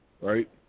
right